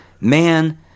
man